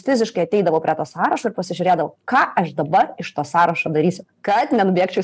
fiziškai ateidavau prie to sąrašo ir pasižiūrėdavau ką aš dabar iš to sąrašo darysiu kad nenubėgčiau į